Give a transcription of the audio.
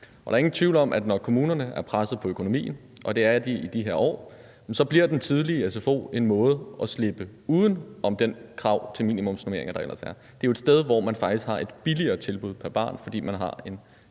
der er ingen tvivl om, at når kommunerne er presset på økonomi, og det er de i de her år, bliver den tidlige sfo en måde at slippe uden om det krav til minimumsnormeringer, der ellers er. Det er jo et sted, hvor man faktisk har et billigere tilbud pr. barn, fordi man har en